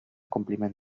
compliment